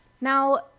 Now